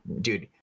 dude